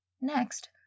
Next